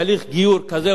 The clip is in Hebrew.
הראשון לציון